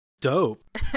Dope